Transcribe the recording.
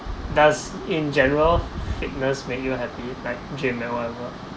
does in general fitness make you happy like gym and whatever